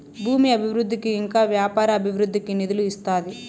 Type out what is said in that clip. భూమి అభివృద్ధికి ఇంకా వ్యాపార అభివృద్ధికి నిధులు ఇస్తాది